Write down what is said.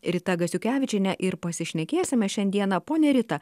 rita gasiukevičiene ir pasišnekėsime šiandieną ponia rita